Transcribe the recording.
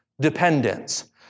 dependence